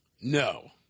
No